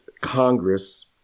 Congress